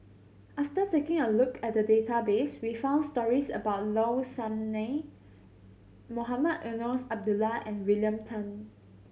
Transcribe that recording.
after taking a look at the database we found stories about Low Sanmay Mohamed Eunos Abdullah and William Tan